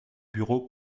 bureau